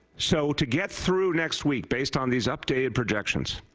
so to get through next week based on these updated projections,